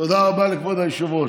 תודה רבה לכבוד היושב-ראש.